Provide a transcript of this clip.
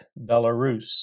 Belarus